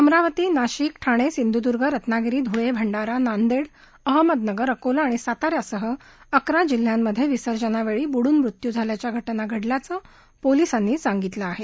अमरावती नाशिक ठाणे सिंधुदुर्ग रत्नागिरी धुळे भंडारा नांदेड अहमदनगर अकोला आणि सातारासह अकरा जिल्ह्यांमधे विसर्जनावेळी बुडून मृत्यू झाल्याच्या घटना घडल्याचं पोलिसांनी सांगितलं आहे